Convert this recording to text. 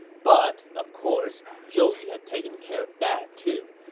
but of course, zhou yu had taken care of that, too.